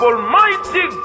Almighty